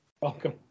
Welcome